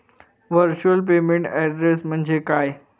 Virtual payment address म्हणजे काय?